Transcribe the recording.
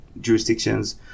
jurisdictions